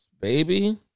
baby